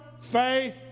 Faith